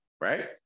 right